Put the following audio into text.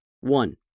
One